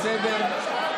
בסדר,